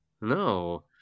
no